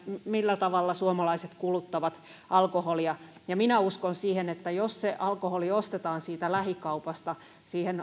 sille millä tavalla suomalaiset kuluttavat alkoholia minä uskon siihen että jos se alkoholi ostetaan siitä lähikaupasta siihen